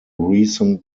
recent